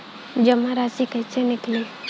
जमा राशि कइसे निकली?